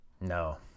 no